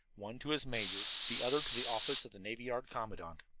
one to his major, the other to the office of the navy yard commandant.